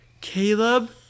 Caleb